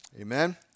Amen